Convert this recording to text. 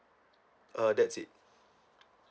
uh that's it